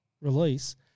release